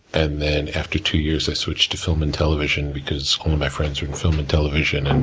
and then after two years, ah switched to film and television, because all of my friends were in film and television, and